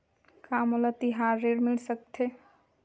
का मोला तिहार ऋण मिल सकथे?